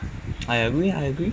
I agree I agree